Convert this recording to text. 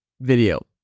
video